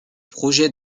projets